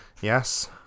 Yes